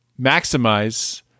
maximize